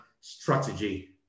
strategy